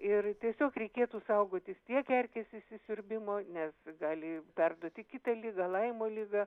ir tiesiog reikėtų saugotis tiek erkės įsisiurbimo nes gali perduoti kitą ligą laimo ligą